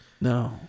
No